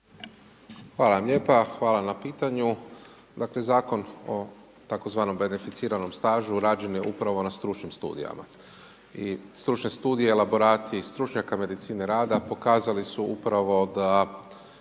Hvala vam lijepa, hvala na pitanju. Dakle Zakon o tzv. beneficiranom stažu rađen je upravo na stručnim studijama i stručnim studiji elaborati, stručnjaka medicine rada, pokazali su upravo da